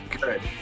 Good